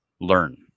learn